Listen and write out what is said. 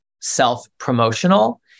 self-promotional